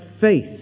faith